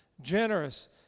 generous